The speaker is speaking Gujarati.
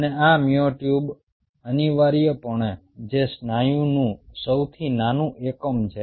અને આ મ્યોટ્યુબ અનિવાર્યપણે છે સ્નાયુનું સૌથી નાનું એકમ છે